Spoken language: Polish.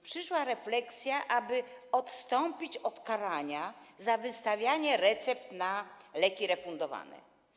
Przyszła refleksja, aby odstąpić od karania za wystawienie recept na leki refundowane.